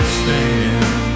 stand